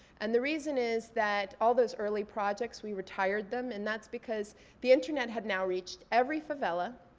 and the reason is that all those early projects, we retired them. and that's because the internet had now reached every favela.